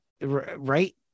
Right